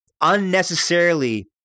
unnecessarily